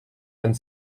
and